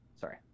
Sorry